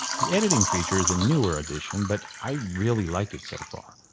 the editing feature is a newer addition but i really like it so far.